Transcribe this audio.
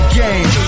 game